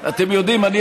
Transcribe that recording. כדי